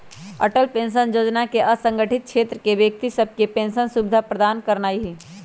Atal pension जोजना असंगठित क्षेत्र के व्यक्ति सभके पेंशन सुविधा प्रदान करनाइ हइ